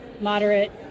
moderate